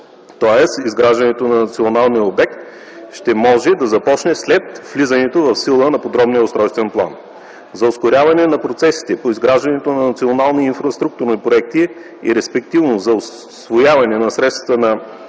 тоест изграждането на националния обект ще може да започне след влизането в сила на подробния устройствен план. За ускоряване на процесите по изграждането на национални инфраструктурни проекти и респективно за усвояване на средствата